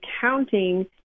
counting